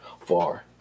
far